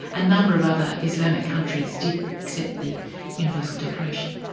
a number of other islamic countries did accept the universal declaration.